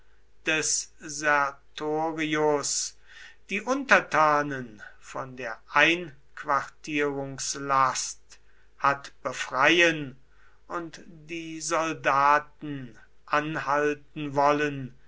des sertorius die untertanen von der einquartierungslast hat befreien und die soldaten anhalten wollen